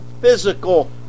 physical